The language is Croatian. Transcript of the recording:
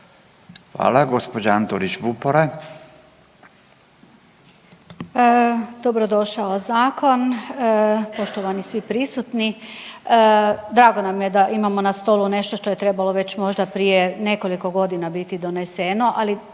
Hvala. Gospođa Antolić Vupora.